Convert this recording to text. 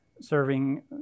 serving